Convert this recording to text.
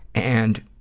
and,